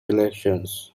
elections